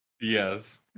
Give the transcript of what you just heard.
Yes